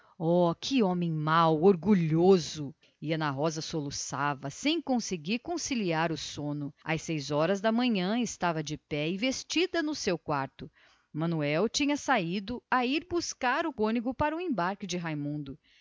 aquele homem mau e orgulhoso e ana rosa soluçava sem conseguir conciliar o sono às seis da manhã estava de pé e vestida no seu quarto manuel tinha saído a ir buscar o cônego para o embarque de raimundo